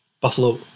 Buffalo